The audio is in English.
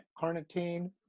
carnitine